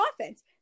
offense